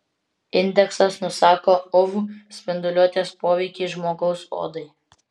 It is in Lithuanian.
indeksas nusako uv spinduliuotės poveikį žmogaus odai